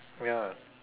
ya